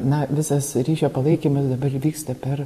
na visas ryšio palaikymas dabar vyksta per